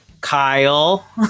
Kyle